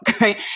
Right